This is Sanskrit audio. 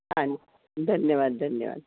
धन्यवादः धन्यवादः